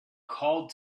called